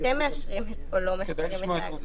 אתם מאשרים או לא מאשרים את ההגבלות.